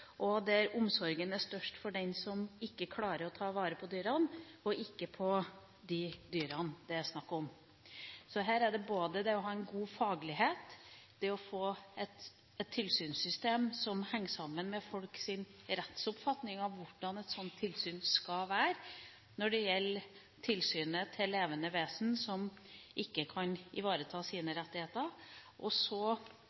og der omsorgen er størst for den som ikke klarer å ta vare på dyrene, og ikke for de dyrene det er snakk om. Så her handler det både om å ha en god faglighet, det å få et tilsynssystem som henger sammen med folks rettsoppfatning av hvordan et sånt tilsyn skal være overfor levende vesener som ikke kan ivareta sine